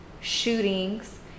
shootings